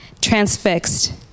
transfixed